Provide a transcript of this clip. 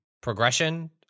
progression